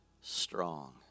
strong